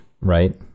Right